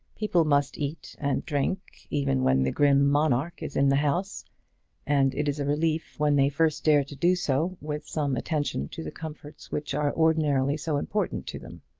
people must eat and drink even when the grim monarch is in the house and it is a relief when they first dare to do so with some attention to the comforts which are ordinarily so important to them.